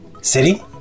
city